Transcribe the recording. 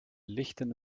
lichten